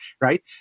right